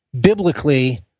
biblically